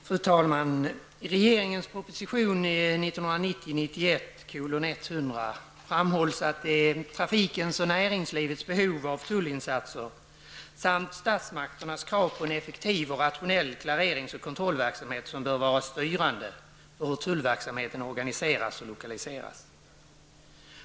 Fru talman! I regeringens proposition 1990/91:100 framhålls att det är trafikens och näringslivets behov av tullinsatser samt statsmakternas krav på en effektiv och rationell klarerings och kontrollverksamhet som bör vara styrande för hur tullverksamhet organiseras och lokaliseras.